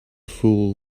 fool